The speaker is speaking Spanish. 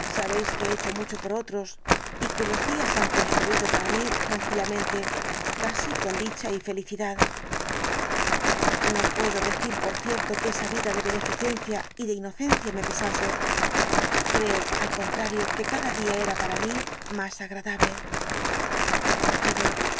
sabéis que he hecho mucho por otros y que los días han transcurrido para mí tranquilamente casi con dicha y felicidad no puedo decir por cierto que esa vida de beneficencia y de inocencia me pesase creo al contrario que cada día era para mí más agradable pero